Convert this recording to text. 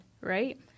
right